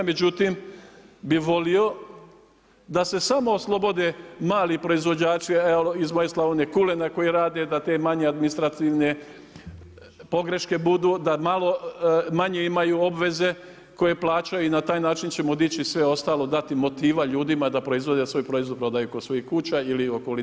Međutim, bih volio da se samo oslobode mali proizvođači iz moje Slavonije kulena koji rade da te manje administrativne pogreške budu, da malo manje imaju obveze koje plaćaju i na taj način ćemo dići sve ostalo, dati motiva ljudima da proizvode i da svoj proizvod prodaju kod svojih kuća ili okolini.